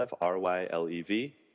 R-Y-L-E-V